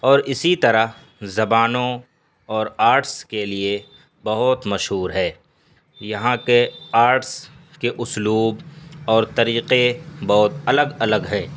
اور اسی طرح زبانوں اور آرٹس کے لیے بہت مشہور ہے یہاں کے آرٹس کے اسلوب اور طریقے بہت الگ الگ ہیں